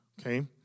okay